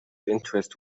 interest